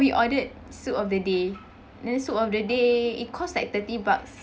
we ordered soup of the day then soup of the day it costs like thirty bucks